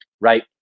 Right